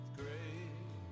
great